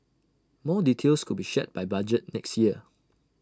more details could be shared by budget next year